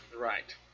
Right